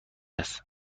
است